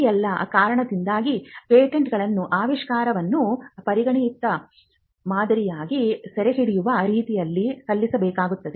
ಈ ಎಲ್ಲಾ ಕಾರಣಗಳಿಗಾಗಿ ಪೇಟೆಂಟ್ಗಳನ್ನು ಆವಿಷ್ಕಾರವನ್ನು ಪರಿಣಾಮಕಾರಿಯಾಗಿ ಸೆರೆಹಿಡಿಯುವ ರೀತಿಯಲ್ಲಿ ಸಲ್ಲಿಸಬೇಕಾಗುತ್ತದೆ